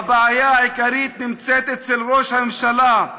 הבעיה העיקרית נמצאת אצל ראש הממשלה,